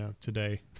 today